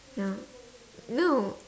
no no